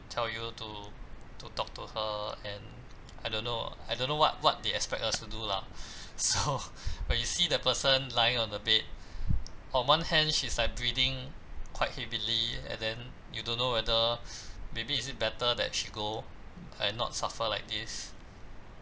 tell you to to talk to her and I don't know I don't know what what they expect us to do lah so when you see the person lying on the bed on one hand she's like breathing quite heavily and then you don't know whether maybe is it better that she go and not suffer like this